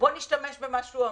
בוא נשתמש במה שהוא אמר,